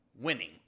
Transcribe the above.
winning